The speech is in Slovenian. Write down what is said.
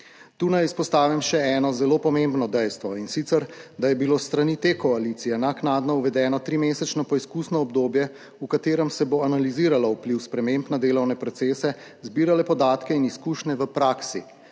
Tu naj izpostavim še eno zelo pomembno dejstvo, in sicer, da je bilo s strani te koalicije naknadno uvedeno trimesečno preizkusno obdobje, v katerem se bo analiziralo vpliv sprememb na delovne procese, zbirale podatke in izkušnje v praksi,